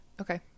Okay